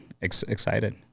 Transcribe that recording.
excited